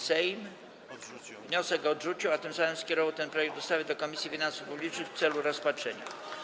Sejm wniosek odrzucił, a tym samym skierował ten projekt ustawy do Komisji Finansów Publicznych w celu rozpatrzenia.